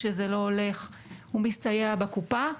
כשזה לא הולך הוא מסתייע בקופה.